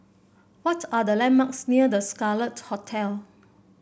what are the landmarks near The Scarlet Hotel